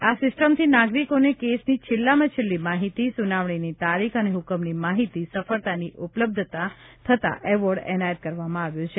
આ સિસ્ટમથી નાગરિકોને કેસની છેલ્લામાં છેલ્લી માહિતી સુનાવગ્નીની તારીખ અને હુકમની માહિતી સફળતાની ઉપલબ્ધ થતા એવોર્ડ એનાયત કરવામાં આવ્યો છે